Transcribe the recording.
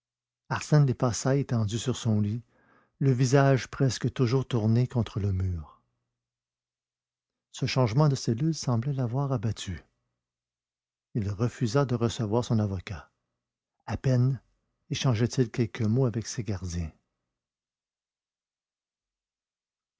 arsène les passa étendu sur son lit le visage presque toujours tourné contre le mur ce changement de cellule semblait l'avoir abattu il refusa de recevoir son avocat à peine échangeait il quelques mots avec ses gardiens